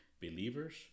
Believers